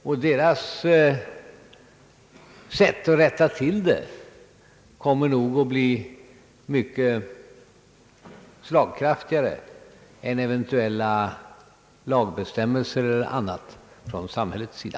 Och deras sätt att göra det blir nog mycket slagkraftigare än eventuella lagbestämmelser och dylikt från samhällets sida.